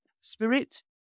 spirit